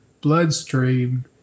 bloodstream